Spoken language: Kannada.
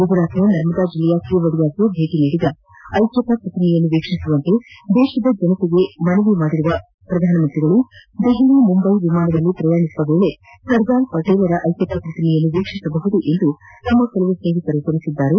ಗುಜರಾತ್ನ ನರ್ಮದಾ ಜಿಲ್ಲೆಯ ಕೆವಾಡಿಯಾಕ್ಕೆ ಭೇಟಿ ನೀಡಿ ಐಕ್ಯತಾ ಪ್ರತಿಮೆಯನ್ನು ವೀಕ್ಷಿಸುವಂತೆ ದೇಶದ ಜನತೆಗೆ ಮನವಿ ಮಾಡಿರುವ ಮೋದಿ ದೆಹಲಿ ಮುಂಬೈ ವಿಮಾನದಲ್ಲಿ ಪ್ರಯಾಣಿಸುವ ವೇಳಿ ಸರ್ದಾರ್ ಪಟೇಲರ ಐಕ್ಯತಾ ಪ್ರತಿಮೆಯನ್ನು ವೀಕ್ಷಿಸಬಹುದು ಎಂದು ತಮ್ಮ ಕೆಲ ಸ್ವೇಹಿತರು ತಿಳಿಸಿದ್ದಾರೆ